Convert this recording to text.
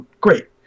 great